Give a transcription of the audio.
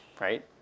right